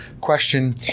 question